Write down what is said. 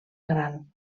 gran